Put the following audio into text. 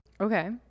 okay